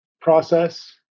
process